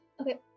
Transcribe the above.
Okay